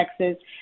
Texas